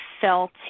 felt